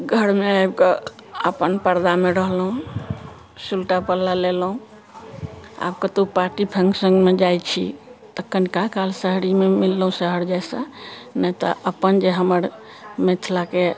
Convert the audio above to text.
घरमे आबि कऽ अपन पर्दामे रहलहुँ सुलटा पल्ला लेलहुँ आब कतहु पार्टी फंक्शनमे जाइत छी तऽ कनिका काल साड़ीमे मिललहुँ शहर जैसा नहि तऽ अपन जे हमर मिथिलाके